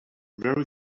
very